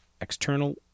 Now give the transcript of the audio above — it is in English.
external